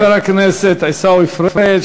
תודה לחבר הכנסת עיסאווי פריג'.